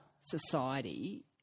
society